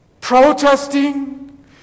protesting